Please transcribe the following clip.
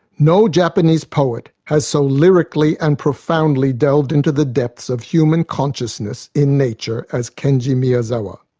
no japanese poet has so lyrically and profoundly delved into the depths of human consciousness in nature as kenji miyazawa.